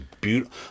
beautiful